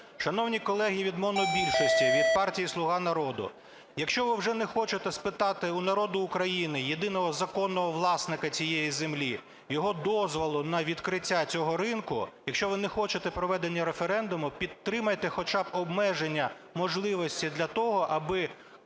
Шановні колеги від монобільшості, від партії "Слуга народу", якщо ви вже не хочете спитати у народу України – єдиного законного власника цієї землі його дозволу на відкриття цього ринку, якщо ви не хочете проведення референдуму, підтримайте хоча б обмеження можливості для того, аби